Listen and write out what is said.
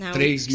três